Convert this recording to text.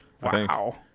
wow